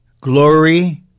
Glory